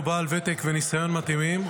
והוא בעל ותק וניסיון מתאימים,